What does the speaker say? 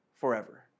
forever